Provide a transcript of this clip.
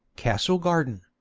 castle garden.